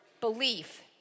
belief